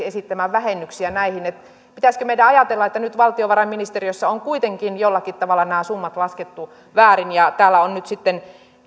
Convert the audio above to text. esittämään vähennyksiä näihin pitäisikö meidän ajatella että nyt valtiovarainministeriössä on kuitenkin jollakin tavalla nämä summat laskettu väärin ja täällä on nyt sitten